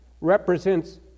represents